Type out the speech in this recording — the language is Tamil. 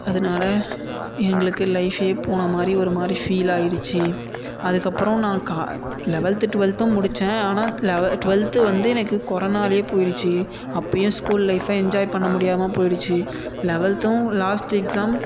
அதனால் எங்களுக்கு லைஃபே போன மாதிரி ஒரு மாதிரி ஃபீல் ஆகிருச்சு அதுக்கப்புறம் நான் கா லெவல்த்து ட்வெல்த்தும் முடித்தேன் ஆனால் லெவ ட்வெல்த்து வந்து எனக்கு கொரோனாலேயே போய்டுச்சு அப்போயும் ஸ்கூல் லைஃபை என்ஜாய் பண்ண முடியாமல் போய்டுச்சு லெவன்த்தும் லாஸ்ட் எக்ஸாம்